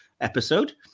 episode